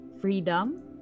freedom